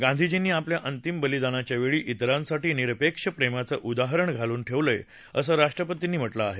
गांधीजींनी आपल्या अंतिम बलिदानाच्यावेळी त्रिरांसाठी निरपेक्ष प्रेमाचं उदाहरण घालून ठेवलंय असं राष्ट्रपतींनी म्हटलं आहे